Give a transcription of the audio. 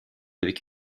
avec